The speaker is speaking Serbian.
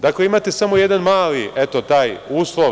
Dakle, imate samo jedan mali, eto, taj uslov.